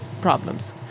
problems